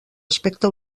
aspecte